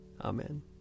Amen